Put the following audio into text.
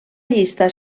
llista